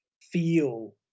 feel